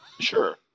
Sure